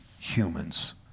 humans